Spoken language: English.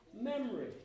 memory